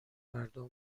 مردم